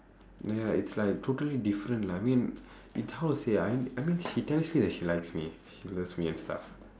ya it's like totally different lah I mean mean how to say ah I I mean she tells me that she likes me she loves me and stuff